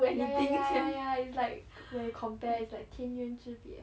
ya ya ya ya ya it's like when you compare it's like 天渊之别